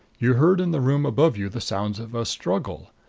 you heard in the room above you the sounds of a struggle.